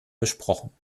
besprochen